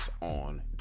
on